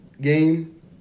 game